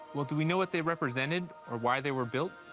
well, do we know what they represented or why they were built?